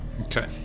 okay